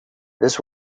this